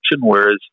whereas